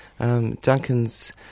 Duncan's